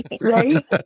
right